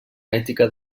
ètica